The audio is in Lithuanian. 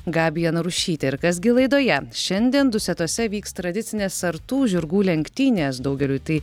gabija narušytė ir kas gi laidoje šiandien dusetose vyks tradicinės sartų žirgų lenktynės daugeliui tai